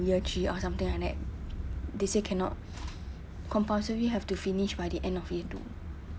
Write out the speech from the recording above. year three or something like that they say cannot compulsory have to finish by the end of year two